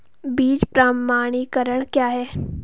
बीज प्रमाणीकरण क्या है?